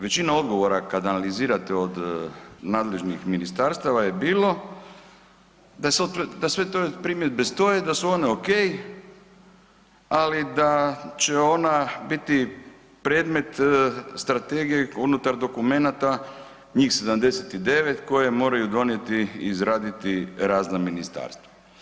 Većina odgovora kada analizirate od nadležnih ministarstava je bilo da sve te primjedbe stoje, da su one ok, ali da će ona biti predmet strategije unutar dokumenata njih 79 koja moraju donijeti i izraditi razna ministarstva.